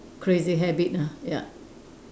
crazy habit ah ya